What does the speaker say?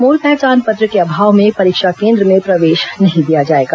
मूल पहचान पत्र के अभाव में परीक्षा केन्द्र में प्रवेश नहीं दिया जाएगा